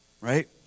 Right